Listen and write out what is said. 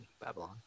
Babylon